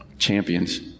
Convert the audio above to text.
champions